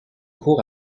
court